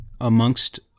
amongst